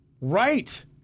right